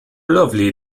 lovely